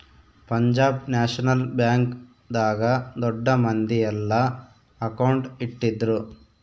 Punjab National Bank ದಾಗ ದೊಡ್ಡ ಮಂದಿ ಯೆಲ್ಲ ಅಕೌಂಟ್ ಇಟ್ಟಿದ್ರು